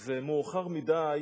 זה מאוחר מדי